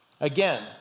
Again